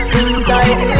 inside